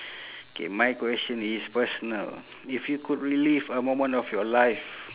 K my question is personal if you could relive a moment of your life